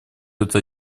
это